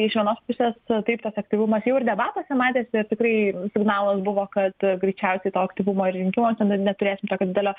iš vienos pusės taip tas efektyvumas jau ir debatuose matėsi ir tikrai signalas buvo kad greičiausiai to aktyvumo ir rinkimuose na neturėsim tokio didelio